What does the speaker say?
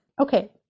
Okay